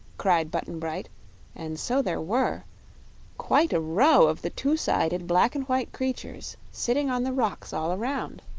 cried button-bright and so there were quite a row of the two-sided black and white creatures sitting on the rocks all around.